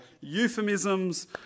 euphemisms